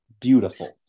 beautiful